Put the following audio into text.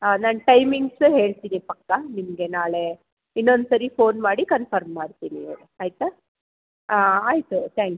ಹಾಂ ನಾನು ಟೈಮಿಂಗ್ಸ್ ಹೇಳ್ತೀನಿ ಪಕ್ಕಾ ನಿಮಗೆ ನಾಳೆ ಇನ್ನೊಂದ್ಸಲಿ ಫೋನ್ ಮಾಡಿ ಕನ್ಫರ್ಮ್ ಮಾಡ್ತೀನಿ ಆಯ್ತಾ ಆಯ್ತು ತ್ಯಾಂಕ್ ಯು